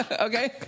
Okay